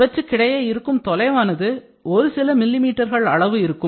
இவற்றுக்கிடையே இருக்கும் தொலைவானது ஒரு சில மில்லி மீட்டர்கள் அளவு இருக்கும்